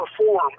perform